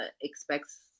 expects